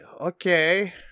Okay